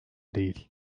değil